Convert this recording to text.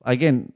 Again